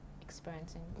experiencing